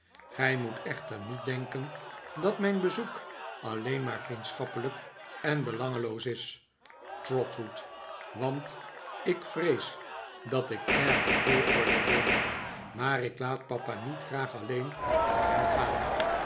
gij moet echter niet denken dat mijn bezoek alleen maar vriendschappelijk en belangeloos is trotwood want ik vrees dat ik erg bevooroordeeld ben maar ik laat papa niet graag alleen met hem gaan